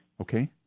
Okay